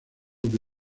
que